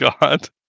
God